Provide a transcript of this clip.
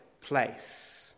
place